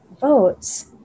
votes